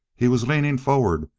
he was leaning forward,